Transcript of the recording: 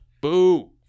Boo